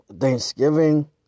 Thanksgiving